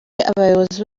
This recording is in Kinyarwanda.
abayobozi